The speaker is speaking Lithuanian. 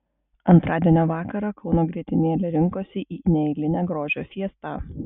antradienio vakarą kauno grietinėlė rinkosi į neeilinę grožio fiestą